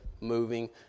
moving